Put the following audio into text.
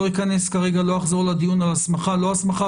לא אכנס כרגע ולא אחזור לדיון על הסמכה או לא הסמכה.